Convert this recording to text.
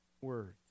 words